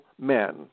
men